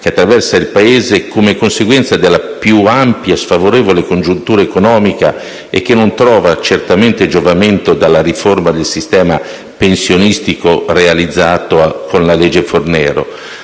che attraversa il Paese, è conseguenza della più ampia sfavorevole congiuntura economica e non trova certamente giovamento dalla riforma del sistema pensionistico realizzato con la legge Fornero.